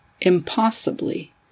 Impossibly